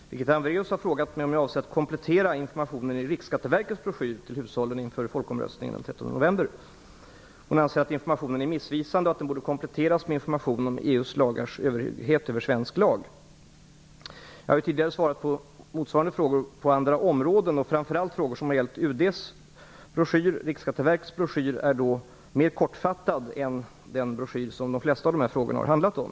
Fru talman! Birgitta Hambraeus har frågat mig om jag avser att komplettera informationen i Riksskatteverkets broschyr till hushållen inför folkomröstningen den 13 november. Hon anser att informationen är missvisande och att den borde kompletteras med information om EU:s lagars överhöghet över svensk lag. Jag har tidigare svarat på motsvarande frågor som har gällt andra områden, framför allt frågor som har gällt UD:s broschyr. Riksskatteverkets broschyr är mer kortfattad än den broschyr som de flesta av dessa frågor har handlat om.